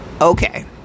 Okay